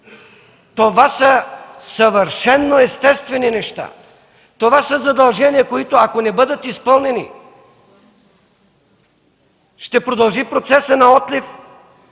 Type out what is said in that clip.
Това са съвършено естествени неща. Това са задължения, които ако не бъдат изпълнени, процесът на отлив